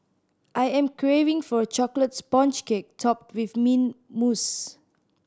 I am craving for a chocolate sponge cake topped with mint mousse